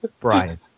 Brian